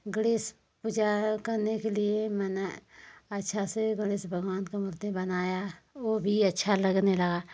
गणेश पूजा करने के लिए मैंने अच्छा से गणेश भगवान का मूर्ति बनाया वो भी अच्छा लगने लगा